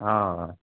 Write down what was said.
हो य